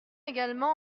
également